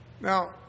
Now